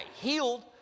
healed